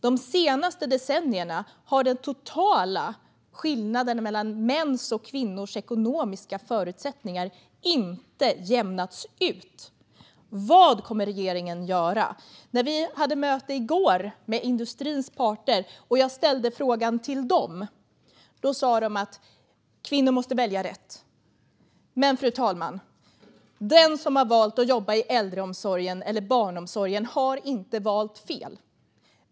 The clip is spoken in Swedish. De senaste decennierna har den totala skillnaden mellan mäns och kvinnors ekonomiska förutsättningar inte jämnats ut. Vad kommer regeringen att göra? När vi hade möte i går med industrins parter och jag ställde frågan till dem sa de att kvinnor måste välja rätt. Men, fru talman, kvinnor som har valt att jobba i äldreomsorgen eller barnomsorgen har inte valt fel.